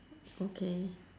okay